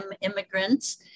immigrants